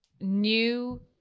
new